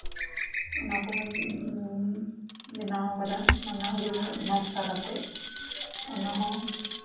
ᱚᱱᱟ ᱠᱚᱦᱚᱧ ᱵᱮᱱᱟᱣ ᱠᱟᱫᱟ ᱱᱟᱱᱟ ᱦᱩᱱᱟᱹᱨ ᱱᱚᱠᱥᱟ ᱠᱟᱛᱮᱜ ᱚᱱᱟ ᱦᱚᱸ